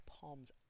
palms